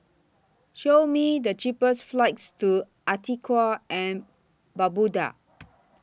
Show Me The cheapest flights to Antigua and Barbuda